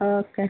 okay